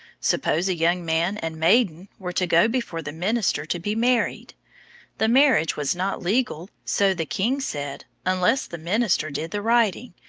suppose a young man and maiden were to go before the minister to be married the marriage was not legal, so the king said, unless the minister did the writing,